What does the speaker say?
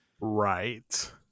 Right